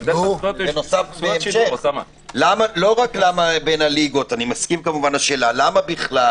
ולא רק בין הליגות אני מסכים כמובן עם השאלה למה בכלל